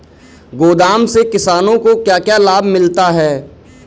गोदाम से किसानों को क्या क्या लाभ मिलता है?